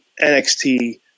NXT